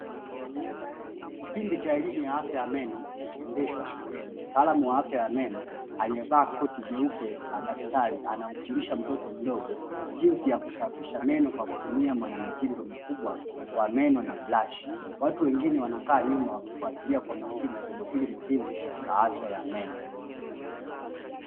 Kipindi cha elimu ya afya ya meno kinachoendeshwa shuleni. Mtaalamu wa afya ya meno aliyevaa koti jeupe la daktari anamfundisha mtoto mdogo jinsi ya kusafisha meno kwa kutumia mwanamtindo mkubwa wa meno na blashi. Watu wengine wanakaa nyuma wakifuatilia kwa makini somo hili muhimu la afya ya meno.